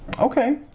Okay